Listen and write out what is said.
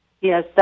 Yes